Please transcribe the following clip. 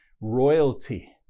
royalty